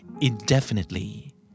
indefinitely